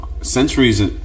centuries